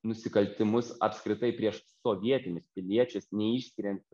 nusikaltimus apskritai prieš sovietinius piliečius neišskiriant